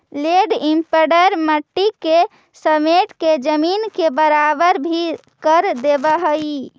land imprinter मट्टी के समेट के जमीन के बराबर भी कर देवऽ हई